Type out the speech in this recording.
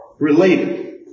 Related